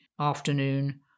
afternoon